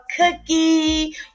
Cookie